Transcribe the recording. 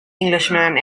englishman